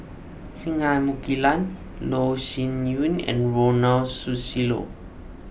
Singai Mukilan Loh Sin Yun and Ronald Susilo